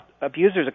abusers